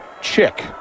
Chick